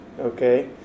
Okay